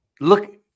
Look